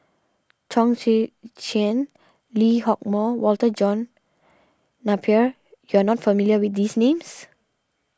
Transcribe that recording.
Chong Tze Chien Lee Hock Moh Walter John Napier you are not familiar with these names